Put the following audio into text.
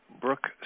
Brooke